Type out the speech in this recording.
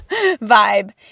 vibe